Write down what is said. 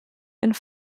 and